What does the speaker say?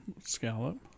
Scallop